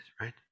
right